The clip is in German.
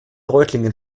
reutlingen